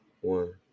one